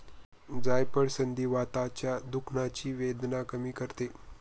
जायफळ संधिवाताच्या दुखण्याची वेदना कमी करते